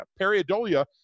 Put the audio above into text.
periodolia